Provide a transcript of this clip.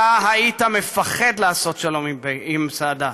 אתה היית מפחד לעשות שלום עם סאדאת.